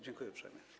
Dziękuję uprzejmie.